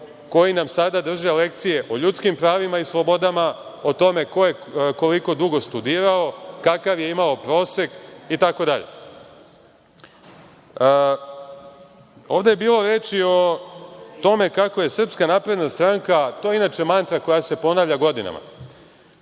koji nam sada drže lekcije o ljudskim pravima i slobodama, o tome ko je i koliko dugo studirao, kakav je imao prosek, itd. Ovde je bilo reči o tome kako je SNS, to je inače mantra koja se ponavlja godinama,